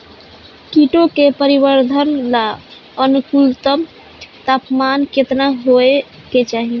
कीटो के परिवरर्धन ला अनुकूलतम तापमान केतना होए के चाही?